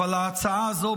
אבל ההצעה הזאת,